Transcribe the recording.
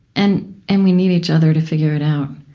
and and we need each other to figure it out,